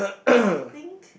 I think